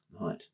Right